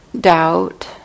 doubt